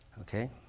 okay